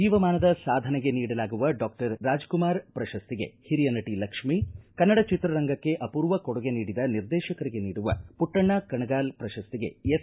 ಜೀವಮಾನದ ಸಾಧನೆಗೆ ನೀಡಲಾಗುವ ಡಾಕ್ಟರ್ ರಾಜ್ ಕುಮಾರ್ ಪ್ರಶಸ್ತಿಗೆ ಓರಿಯ ನಟಿ ಲಕ್ಷ್ಮಿ ಕನ್ನಡ ಚಿತ್ರರಂಗಕ್ಕೆ ಅಪೂರ್ವ ಕೊಡುಗೆ ನೀಡಿದ ನಿರ್ದೇಶಕರಿಗೆ ನೀಡುವ ಪುಟ್ಟಣ್ಣ ಕಣಗಾಲ್ ಪ್ರಶಸ್ತಿಗೆ ಎಸ್